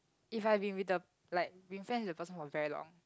if I've been with the like been friends with the person for very long